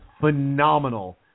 phenomenal